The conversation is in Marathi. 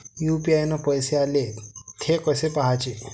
यू.पी.आय न पैसे आले, थे कसे पाहाचे?